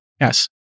Yes